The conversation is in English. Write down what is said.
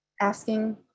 Asking